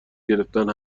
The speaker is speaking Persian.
گرفتن